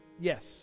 Yes